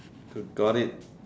to got it